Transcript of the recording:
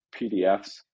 PDFs